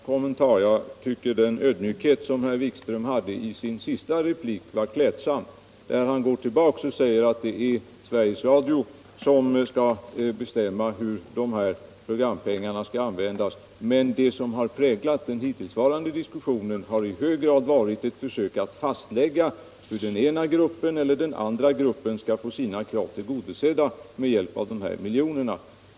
Herr talman! Bara en sista kommentar. Jag tycker att den ödmjukhet som herr Wikström visade i sin senaste replik var klädsam. Han log där tillbaka och sade att det är Sveriges Radio som skall bestämma hur programpengarna skall användas. Men det som präglat den hittillsvarande diskussionen har i hög grad varit ett försök att fastlägga hur den ena eller den andra gruppen skall få sina krav tillgodosedda med hjälp av de här miljonerna.